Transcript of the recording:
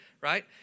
right